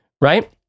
Right